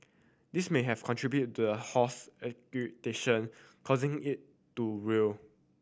this may have contributed to a horse agitation causing it to real